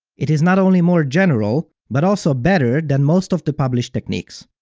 it is not only more general, but also better than most of the published techniques.